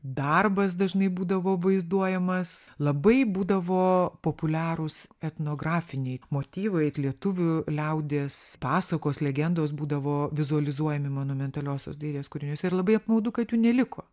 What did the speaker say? darbas dažnai būdavo vaizduojamas labai būdavo populiarūs etnografiniai motyvai ir lietuvių liaudies pasakos legendos būdavo vizualizuojami monumentaliosios dailės kūriniuos ir labai apmaudu kad jų neliko